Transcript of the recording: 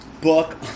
book